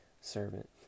servant